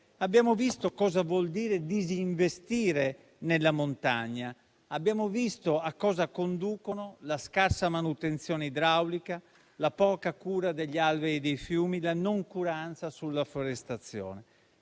abbiamo visto cosa vuol dire disinvestire nella montagna e a cosa conducono la scarsa manutenzione idraulica, la poca cura degli alvei dei fiumi e la noncuranza per la forestazione.